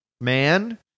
man